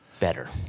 better